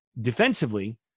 defensively